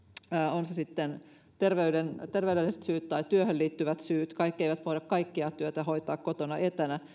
ovat ne sitten terveydelliset syyt tai työhön liittyvät syyt kaikki eivät voi kaikkea työtä hoitaa kotona etänä